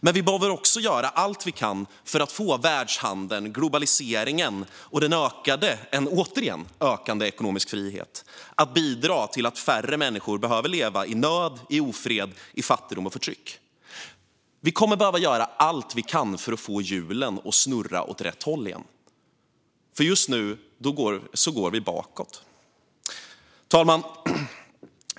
Men vi behöver också göra allt vi kan för att få världshandeln, globaliseringen och en återigen ökande ekonomisk frihet att bidra till att färre människor behöver leva i nöd, ofred, fattigdom och förtryck. Vi kommer att behöva göra allt vi kan för att få hjulen att snurra åt rätt håll igen. Just nu går vi bakåt. Fru talman!